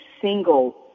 single